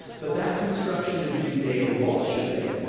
but that construction of judeo-bolshevik,